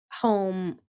home